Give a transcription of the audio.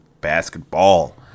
basketball